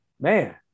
man